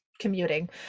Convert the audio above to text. commuting